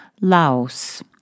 Laos